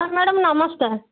madam ନମସ୍କାର